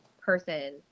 person